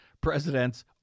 President's